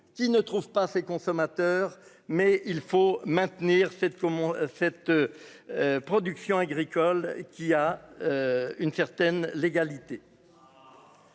qui ne trouve pas ses consommateurs, mais il faut maintenir cette cette production agricole qui a une certaine légalité.